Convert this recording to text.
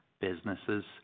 businesses